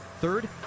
Third